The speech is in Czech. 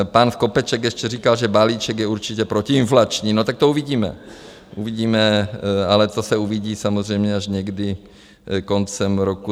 Pan Skopeček ještě říkal, že balíček je určitě protiinflační, to tak to uvidíme, ale to se uvidí samozřejmě až někdy koncem roku 2024 nebo 2025.